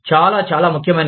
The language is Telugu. చాలా చాలా ముఖ్యమైనది